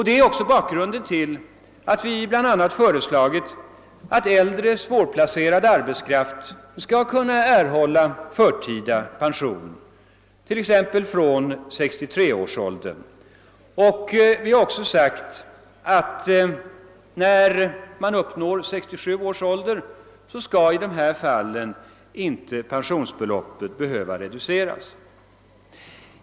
Det är också bakgrunden till att vi bl.a. föreslagit att äldre, svårplacerad arbetskraft skall kunna erhålla förtida pension, t.ex. från 63 års ålder. Vi har också sagt att när man uppnår 67 års ålder skall i dessa fall pensionsbeloppet inte behöva reduceras.